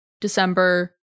December